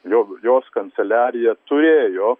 jog jos kanceliarija turėjo